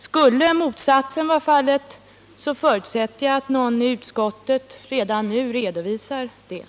Skulle motsatsen vara fallet, förutsätter jag att någon i utskottet redan nu redovisar detta.